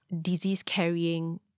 disease-carrying